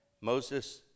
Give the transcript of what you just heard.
moses